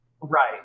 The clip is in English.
Right